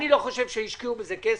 אני לא חושב שהשקיעו בזה כסף,